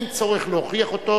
אין צורך להוכיח אותו,